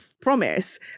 Promise